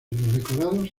decorados